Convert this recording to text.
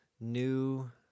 new